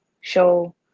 show